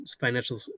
financial